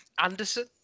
Anderson